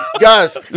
Guys